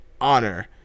honor